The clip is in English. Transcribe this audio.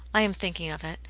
i am thinking of it.